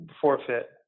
forfeit